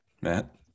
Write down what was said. Matt